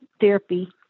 therapy